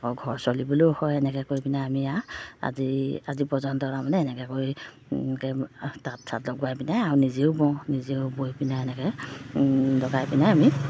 আকৌ ঘৰ চলিবলৈও হয় এনেকৈ কৰি পিনে আমি আৰ আজি আজি পৰ্যন্ত তাৰমানে এনেকৈ কৰি তাঁত চাত লগোৱাই পিনে আৰু নিজেও বওঁ নিজেও বৈ পিনে এনেকৈ লগাই পিনে আমি